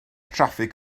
traffig